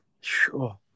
sure